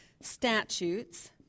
statutes